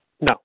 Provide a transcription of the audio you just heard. No